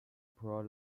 poor